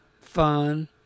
fun